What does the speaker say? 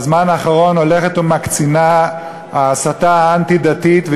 בזמן האחרון הולכת ומקצינה ההסתה האנטי-דתית,